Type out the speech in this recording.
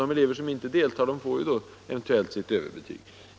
De elever som inte deltar får ju eventuellt sitt överbetyg.